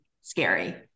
scary